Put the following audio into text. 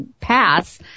pass